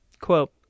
quote